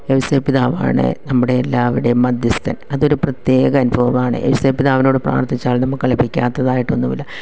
ഔസേപ്പിതാവാണ് നമ്മുടെ എല്ലാവരുടെയും മധ്യസ്ഥൻ അതൊരു പ്രത്യേക അനുഭവമാണ് ഔസേപ്പ് പിതാവിനോട് പ്രാർത്ഥിച്ചാൽ നമുക്ക് ലഭിക്കാത്തതായിട്ട് ഒന്നുമില്ല